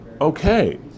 Okay